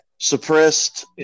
Suppressed